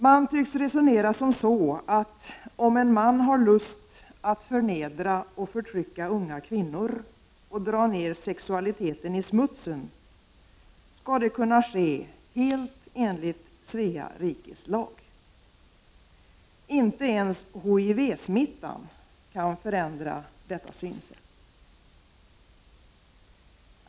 Man tycks resonera som så, att om en man har lust att förnedra och förtrycka unga kvinnor och dra ner sexualiteten i smutsen, skall det kunna ske helt enligt Svea rikes lag. Inte ens HIV-smittan kan förändra detta synsätt.